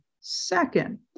Second